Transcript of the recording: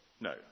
No